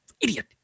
idiot